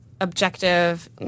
objective